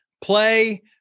play